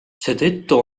seetõttu